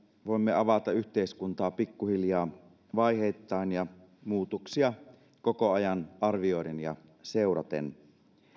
voimme avata yhteiskuntaa pikkuhiljaa vaiheittain ja muutoksia koko ajan arvioiden ja seuraten